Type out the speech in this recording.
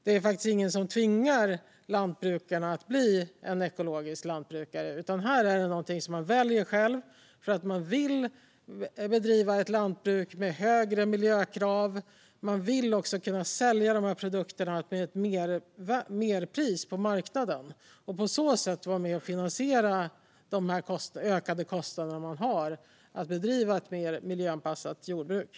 Det är faktiskt ingen som tvingar en lantbrukare att bli ekologisk, utan det är något man väljer själv för att man vill bedriva ett lantbruk med högre miljökrav och även kunna sälja produkterna till ett högre pris på marknaden och på så sätt vara med och finansiera de ökade kostnaderna för att bedriva ett mer miljöanpassat jordbruk.